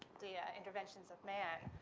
the interventions of man.